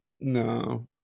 No